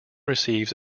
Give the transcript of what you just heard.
receives